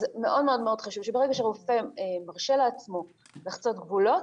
אז מאוד מאוד חשוב שברגע שרופא מרפה לעצמו לחצות גבולות,